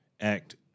act